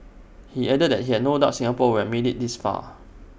he added that he had no doubt Singapore would make IT this far